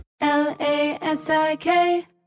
L-A-S-I-K